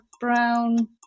Brown